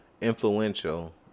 influential